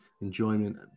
enjoyment